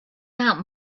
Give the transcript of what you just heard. out